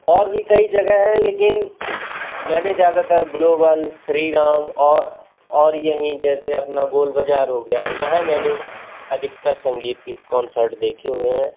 और भी कई जगह हैं लेकिन मैंने ज़्यादातर ग्लोबल श्री राम और और यहीं जैसे अपना गोल बाज़ार हो गया यहाँ मैंने अधिकतर संगीत के कॉन्सर्ट्स देखे हुए हैं